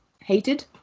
hated